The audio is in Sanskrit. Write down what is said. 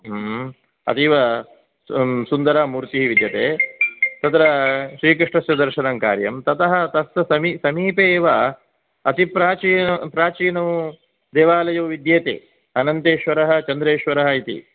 अतीव सुन्दरा मूर्तिः विद्यते तत्र श्रीकृष्णस्य दर्शनं कार्यं ततः तस् समी समीपे एव अतिप्राचीन प्राचीनौ देवालयौ विद्येते अनन्तेश्वरः चन्द्रेश्वरः इति